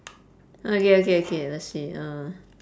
okay okay okay let's see uh